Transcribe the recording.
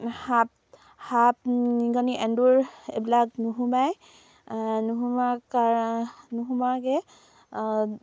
সাপ নিগনি এন্দুৰ এইবিলাক